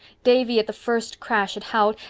davy at the first crash had howled,